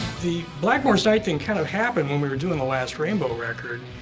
the blackmore side thing kind of happened when we were doing the last rainbow record.